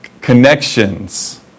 connections